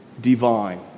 divine